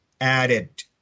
added